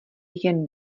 jen